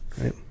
Right